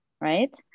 right